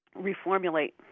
reformulate